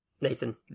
Nathan